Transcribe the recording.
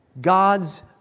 God's